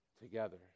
together